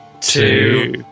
two